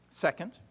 Second